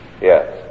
Yes